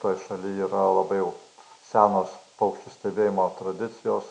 toj šaly yra labai jau senos paukščių stebėjimo tradicijos